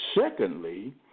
Secondly